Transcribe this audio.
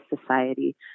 society